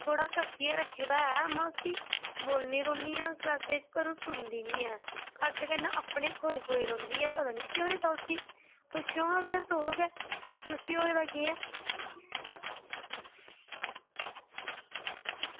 थोह्ड़ा कस्सियै रक्खे दा ऐ उआं उसी बोलदी रौह्नीं आं क्लॉसै च पर ओह् सुनदी निं ऐ घट्ट गै अपने खोई खोई दी ऐ रौहंदी पता निं केह् होई दा उसी पुच्छो आं भला तुस गै की इसी होए दा केह् ऐ